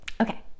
Okay